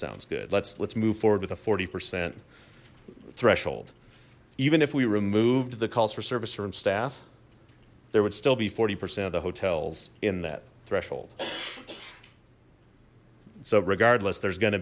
sounds good let's let's move forward with a forty percent threshold even if we removed the calls for service from staff there would still be forty percent of the hotels in that threshold so regardless there's gonna